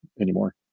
anymore